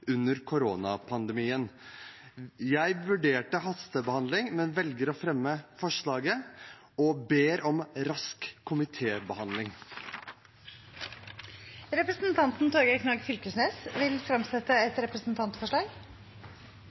under koronapandemien. Jeg vurderte hastebehandling, men velger å fremme forslaget og ber om rask komitébehandling. Representanten Torgeir Knag Fylkesnes vil fremsette et representantforslag.